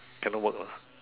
cannot work lah